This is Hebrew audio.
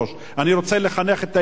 אני רוצה לחנך את הילדים,